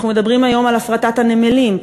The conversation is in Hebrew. אנחנו מדברים היום על הפרטת הנמלים,